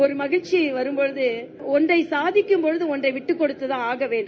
ஒரு மகிழ்ச்சி வரும்போது ஒன்றை சாதிக்கும் போது ஒன்றை விட்டுக் கொடுத்துத்தான் ஆக வேண்டும்